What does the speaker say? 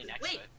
Wait